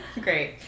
Great